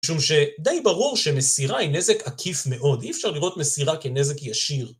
משום שדי ברור שמסירה היא נזק עקיף מאוד, אי אפשר לראות מסירה כנזק ישיר.